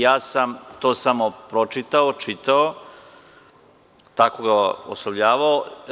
Ja sam to samo čitao, tako ga oslovljavao.